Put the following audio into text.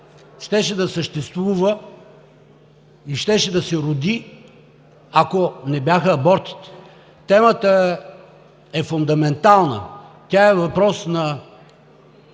щеше да съществува и щеше да се роди, ако не бяха абортите. Темата е фундаментална! Тя е въпрос на